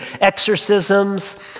exorcisms